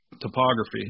topography